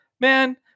man